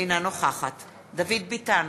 אינה נוכחת דוד ביטן,